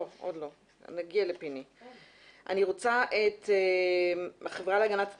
אני רוצה שתדבר יעל מהחברה להגנת הטבע.